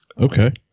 Okay